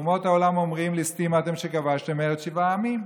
אומות העולם אומרים: ליסטים אתם שכבשתם ארץ שבעה עמים.